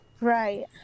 right